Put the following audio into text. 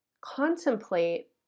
contemplate